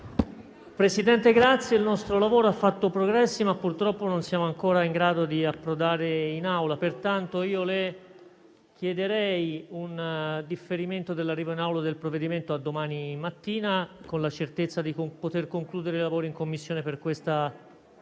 Presidente, il nostro lavoro ha fatto progressi. Purtroppo, però, non siamo ancora in grado di approdare in Aula. Pertanto, chiedo un differimento dell'arrivo in Aula del provvedimento a domani mattina, con la certezza di poter concludere i lavori in Commissione questa sera.